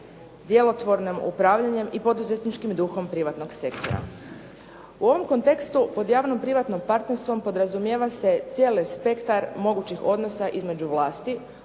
djelotvornim upravljanjem i poduzetničkim duhom privatnog sektora. U ovom kontekstu pod javno-privatnim partnerstvom podrazumijeva se cijeli spektar mogućih odnosa između vlasti